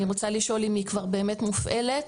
אני רוצה לשאול האם היא כבר באמת מופעלת,